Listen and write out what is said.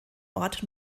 ort